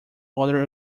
other